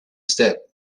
step